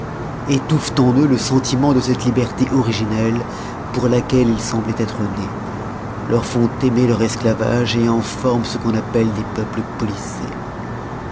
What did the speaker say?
étouffent en eux le sentiment de cette liberté originelle pour laquelle ils sembloient être nés leur font aimer leur esclavage en forment ce qu'on appelle des peuples policés